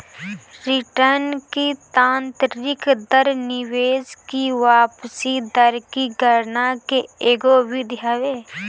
return की आतंरिक दर निवेश की वापसी दर की गणना के एगो विधि हवे